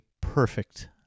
perfect